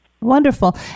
Wonderful